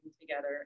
together